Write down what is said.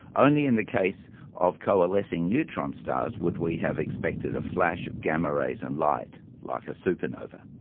only in the case of coalescing neutron stars would we have expected a flash of gamma rays and light, like a supernova.